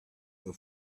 your